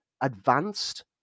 advanced